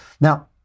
Now